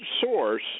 source